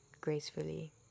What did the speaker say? gracefully